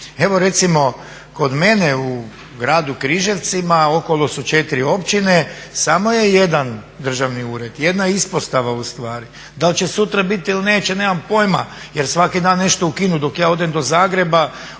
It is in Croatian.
Evo recimo kod mene u gradu Križevcima, okolo su 4 općine, samo je jedan državni ured, jedna ispostava ustvari. Da li će sutra biti ili neće, nemam pojma jer svaki dan nešto ukinu. Dok ja odem do Zagreba